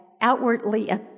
outwardly